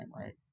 right